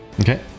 Okay